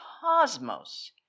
cosmos